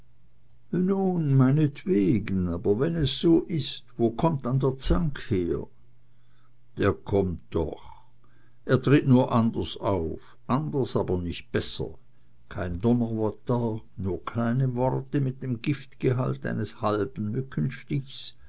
nun meinetwegen aber wenn es so ist wo kommt dann der zank her der kommt doch er tritt nur anders auf anders aber nicht besser kein donnerwetter nur kleine worte mit dem giftgehalt eines halben mückenstichs